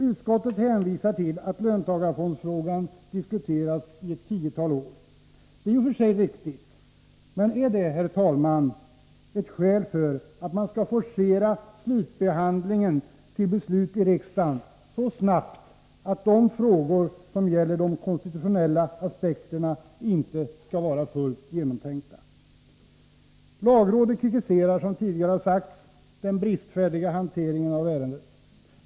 Utskottet hänvisar till att löntagarfondsfrågan diskuterats i ett tiotal år. Detta är i och för sig riktigt. Men är det, herr talman, ett skäl för att man skall forcera slutbehandlingen till beslut i riksdagen så snabbt att de frågor som gäller de konstitutionella aspekterna inte skall vara fullt genomtänkta. Lagrådet kritiserar, som tidigare har sagts, den bristfälliga hanteringen av ärendet.